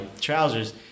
trousers